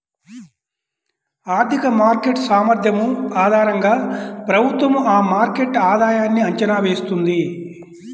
ఆర్థిక మార్కెట్ సామర్థ్యం ఆధారంగా ప్రభుత్వం ఆ మార్కెట్ ఆధాయన్ని అంచనా వేస్తుంది